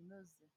inoze.